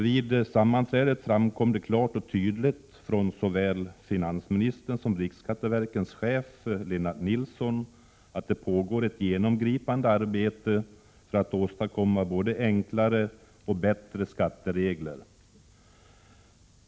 Vid sammanträdet framhölls klart och tydligt av både finansministern och riksskatteverkets chef Lennart Nilsson att det pågick ett genomgripande arbete för att åstadkomma både enklare och bättre skatteregler.